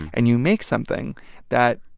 and you make something that,